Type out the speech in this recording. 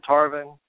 Tarvin